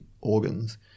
organs